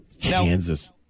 Kansas